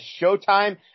Showtime